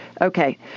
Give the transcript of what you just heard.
Okay